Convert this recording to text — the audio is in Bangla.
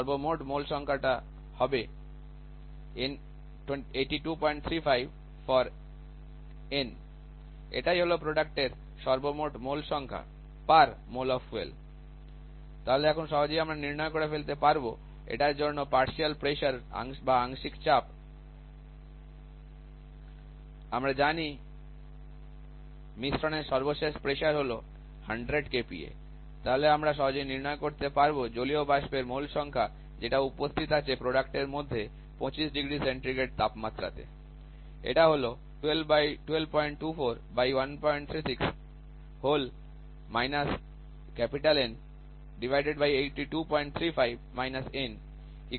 সর্বমোট মোল সংখ্যাটা হবে এটাই হলো প্রোডাক্টের সর্বমোট মোল সংখ্যা mole of fuel তাহলে এখন সহজেই আমরা নির্ণয় করে নিতে পারব এটার জন্য পার্শিয়াল প্রেসার বা আংশিক চাপ আমরা জানি মিশ্রণের সর্বশেষ প্রেসার হলো 100 kPa তাহলে আমরা সহজেই নির্ণয় করতে পারব জলীয় বাষ্পের মোল সংখ্যা যেটা উপস্থিত আছে প্রোডাক্টের মধ্যে 25°C তাপমাত্রাতে এটা হল যেখানে Pvap